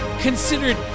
considered